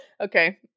Okay